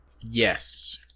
yes